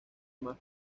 más